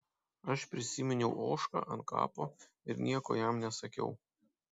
aš prisiminiau ožką ant kapo ir nieko jam nesakiau